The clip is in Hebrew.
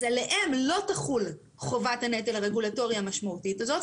אז עליהם לא תחול חובת הנטל הרגולטורי המשמעותית הזאת,